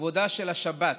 כבודה של השבת